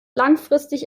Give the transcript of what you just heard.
langfristig